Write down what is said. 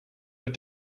but